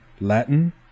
Latin